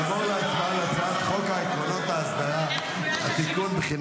ההצעה להעביר את הצעת חוק עקרונות האסדרה (תיקון) (בחינה